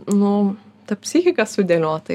nu ta psichika sudėliota